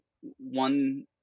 One